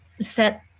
set